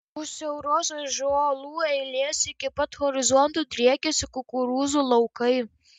už siauros ąžuolų eilės iki pat horizonto driekiasi kukurūzų laukai